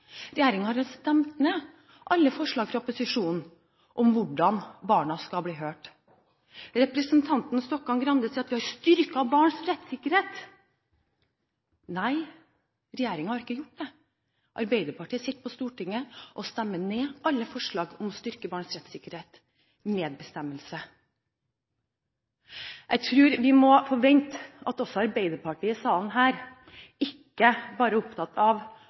har stemt ned alle forslag fra opposisjonen om hvordan barna skal bli hørt. Representanten Stokkan-Grande sier at vi har styrket barns rettssikkerhet. Nei, regjeringen har ikke gjort det. Arbeiderpartiet sitter på Stortinget og stemmer ned alle forslag om å styrke barns rettssikkerhet og medbestemmelse. Vi må forvente at Arbeiderpartiet her i salen ikke bare er opptatt av